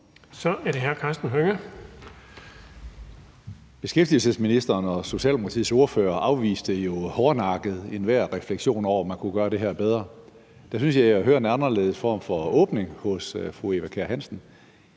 Hønge. Kl. 19:02 Karsten Hønge (SF): Beskæftigelsesministeren og Socialdemokratiets ordfører afviste jo hårdnakket enhver refleksion over, at man kunne gør det her bedre. Der synes jeg, at jeg hører en anderledes form for åbenhed hos fru Eva Kjer Hansen,